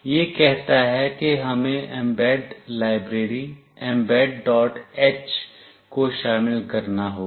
यह कहता है कि हमें mbed लाइब्रेरी mbedh को शामिल करना होगा